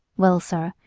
well, sir,